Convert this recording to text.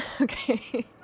okay